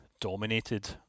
dominated